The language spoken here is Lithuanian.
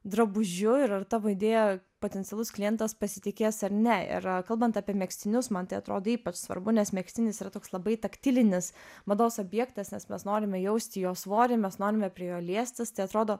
drabužiu ir ar tavo idėja potencialus klientas pasitikės ar ne ir kalbant apie megztinius man tai atrodo ypač svarbu nes megztinis yra toks labai taktilinis mados objektas nes mes norime jausti jo svorį mes norime prie jo liestis tai atrodo